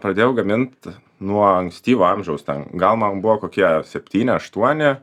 pradėjau gamint nuo ankstyvo amžiaus ten gal man buvo kokie septyni aštuoni